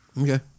okay